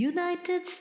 United